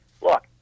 Look